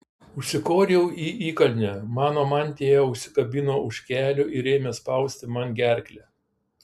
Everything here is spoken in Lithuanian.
užsikoriau į įkalnę mano mantija užsikabino už kelių ir ėmė spausti man gerklę